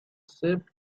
sheep